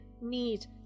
need